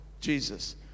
Jesus